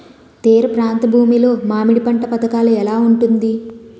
తీర ప్రాంత భూమి లో మామిడి పంట పథకాల ఎలా ఉంటుంది?